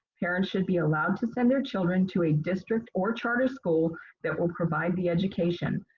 parents should be allowed to send their children to a district or charter school that will provide the education.